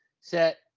Set